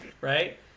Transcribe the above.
right